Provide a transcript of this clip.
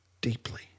deeply